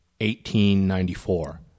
1894